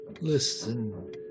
listen